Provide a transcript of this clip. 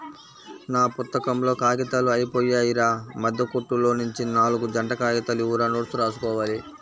నా పుత్తకంలో కాగితాలు అయ్యిపొయ్యాయిరా, మద్దె కుట్టులోనుంచి నాల్గు జంట కాగితాలు ఇవ్వురా నోట్సు రాసుకోవాలి